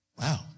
Wow